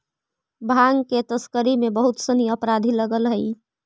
भाँग के तस्करी में बहुत सनि अपराधी लगल हइ